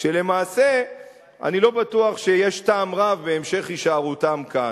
כשלמעשה אני לא בטוח שיש טעם רב בהמשך הישארותם כאן.